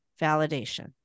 validation